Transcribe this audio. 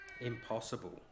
Impossible